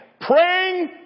Praying